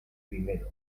primero